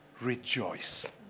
rejoice